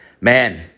man